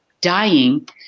dying